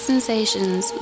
Sensations